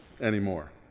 anymore